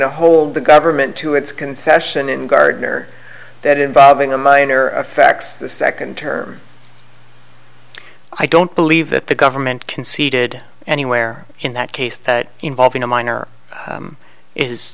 to hold the government to its concession and gardner that involving the minor affects the second term i don't believe that the government conceded anywhere in that case that involving a minor